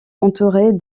entourée